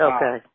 Okay